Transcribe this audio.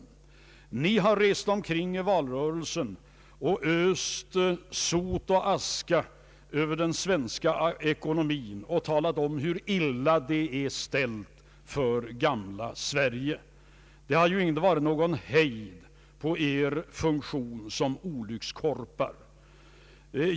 Oppositionspartiernas företrädare har rest omkring under valrörelsen och öst sot och aska över den svenska ekonomin och talat om hur illa det är ställt med gamla Sverige. Det har inte varit någon hejd på er funktion som olyckskorpar.